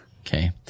Okay